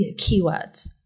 keywords